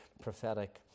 prophetic